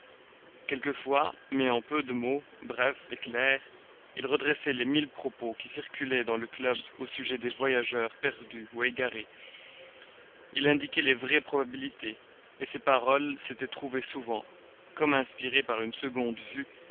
quelquefois mais en peu de mots brefs et clairs il redressait les mille propos qui circulaient dans le club au sujet des voyageurs perdus ou égarés il indiquait les vraies probabilités et ses paroles s'étaient trouvées souvent comme inspirées par une seconde vue